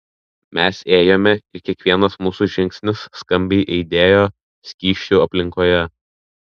mes ėjome ir kiekvienas mūsų žingsnis skambiai aidėjo skysčių aplinkoje